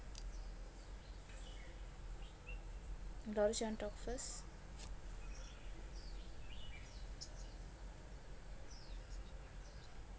you wanna talk first